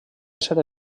ésser